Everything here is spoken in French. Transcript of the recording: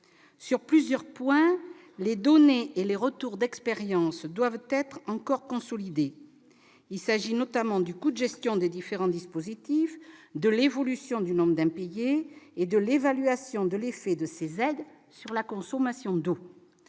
Sur plusieurs points, les données et les retours d'expérience doivent être encore consolidés. Il s'agit notamment du coût de gestion des différents dispositifs, de l'évolution du nombre d'impayés et de l'évaluation de l'effet de ces aides sur la consommation d'eau.